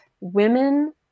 women